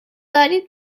دارید